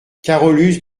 carolus